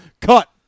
cut